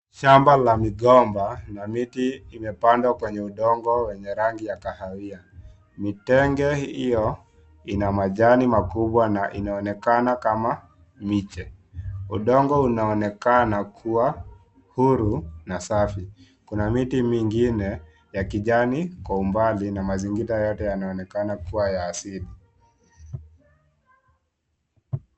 Shamba la migomba na miti imepandwa kwenye udongo wenye rangi ya kahawia, mitenge hio, ina majani makubwa na inaonekana kama miche, udongo unaonekana kuwa, huru, na safi, kuna miti mingine, ya kijani, kwa umbali, na mazingira yote yanaonekana kuwa ya asili.